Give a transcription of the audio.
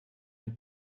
ein